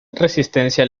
resistencia